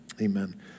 Amen